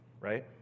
right